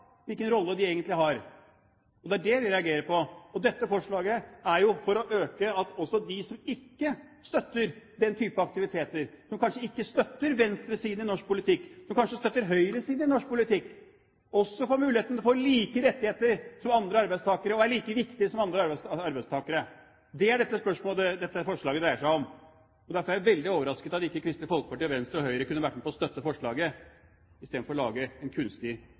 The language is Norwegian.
hvilken rolle de egentlig har. Det er det vi reagerer på. Dette forslaget er fremmet for at også de som ikke støtter den type aktiviteter, som kanskje ikke støtter venstresiden i norsk politikk, som kanskje støtter høyresiden i norsk politikk, får mulighet til å få de samme rettigheter som andre arbeidstakere og være like viktige som andre arbeidstakere. Det er det dette forslaget dreier seg om. Derfor er jeg veldig overrasket over at Kristelig Folkeparti, Venstre og Høyre ikke kunne være med på å støtte forslaget, istedenfor å lage en kunstig